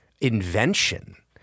invention